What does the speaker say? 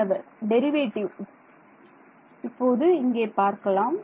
மாணவர் டெரிவேட்டிவ் இப்போது இங்கே பார்க்கலாம்